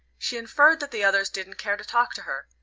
she inferred that the others didn't care to talk to her,